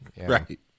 Right